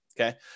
okay